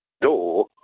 door